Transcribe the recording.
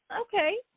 okay